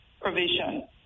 provision